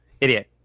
idiot